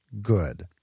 good